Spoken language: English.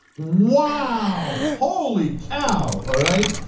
wow, holy cow, all right?